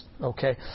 Okay